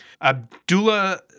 Abdullah